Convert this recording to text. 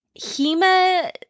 Hema